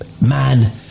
Man